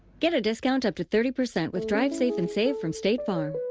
get a discount up to thirty percent with drive safe and save from state farm.